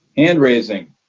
hand-raising.